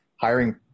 hiring